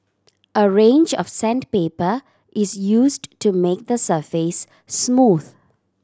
a range of sandpaper is used to make the surface smooth